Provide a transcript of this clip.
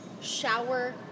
Shower